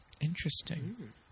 Interesting